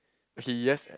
actually yes eh